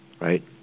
right